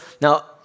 now